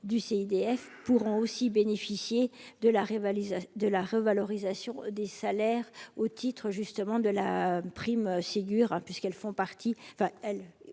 du CIDF pourront aussi bénéficier de la rivalisent de la revalorisation des salaires au titre justement de la prime Sigur puisqu'elles font partie,